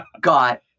got